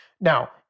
Now